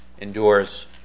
endures